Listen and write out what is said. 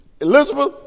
Elizabeth